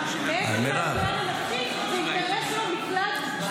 מעבר לעניין הנפשי, זה אינטרס של המקלט.